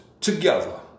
together